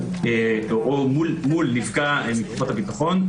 או מול נפגע מכוחות הביטחון,